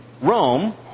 Rome